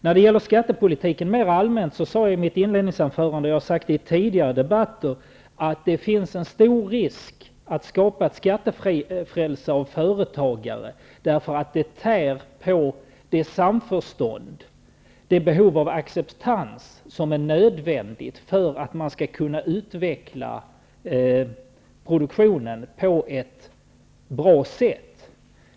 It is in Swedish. När det gäller skattepolitiken mera allmänt sade jag i mitt inledningsanförande, och jag har sagt det i tidigare debatter, att det finns en stor risk med att skapa ett skattefrälse av företagare, därför att det tär på samförståndet, den acceptans som är nödvändig för att man skall kunna utveckla produktionen på ett bra sätt.